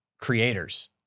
creators